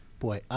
Boy